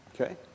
Okay